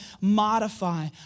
modify